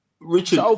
Richard